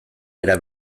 era